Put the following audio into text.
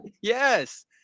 Yes